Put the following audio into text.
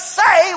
say